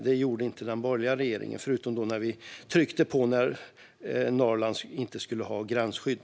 Det gjorde inte den borgerliga regeringen, förutom när vi tryckte på när Norrland inte skulle ha gränsskydd.